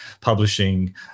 publishing